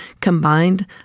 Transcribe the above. Combined